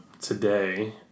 today